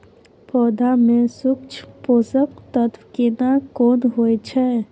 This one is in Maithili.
पौधा में सूक्ष्म पोषक तत्व केना कोन होय छै?